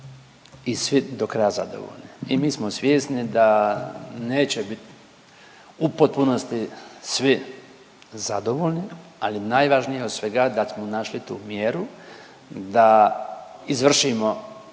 i svi do kraja zadovoljni i mi smo svjesni da neće biti u potpunosti svi zadovoljni, ali najvažnije od svega, da smo našli tu mjeru da izvršimo